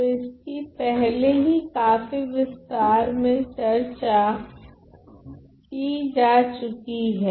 तो इसकी पहले ही काफी विस्तार मे चर्चा कि जा चुकी हैं